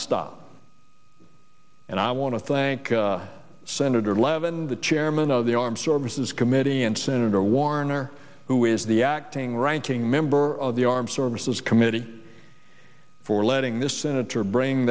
stop and i want to thank senator levin the chairman of the armed services committee and senator warner who is the acting ranking member of the armed services committee for letting this senator bring